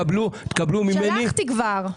כבר שלחתי.